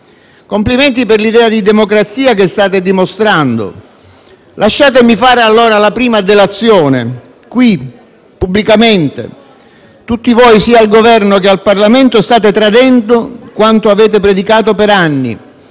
Complimenti per l'idea di democrazia che state dimostrando. Lasciatemi fare allora la prima delazione, qui, pubblicamente: tutti voi, sia al Governo che in Parlamento, state tradendo quanto avete predicato per anni,